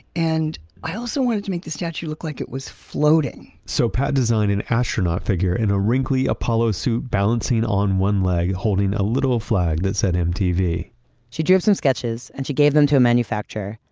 and i also wanted to make the statute look like it was floating so pat designed an astronaut figure in a wrinkly apollo suit balancing on one leg, holding a little flag that said mtv she drew up some sketches, and she gave them to a manufacturer.